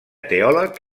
teòleg